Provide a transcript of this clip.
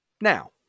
Now